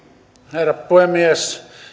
herra puhemies